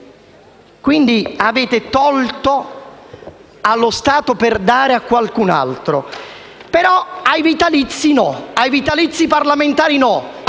quindi, avete tolto allo Stato per dare a qualcun altro. Però, i vitalizi no, i vitalizi parlamentari ve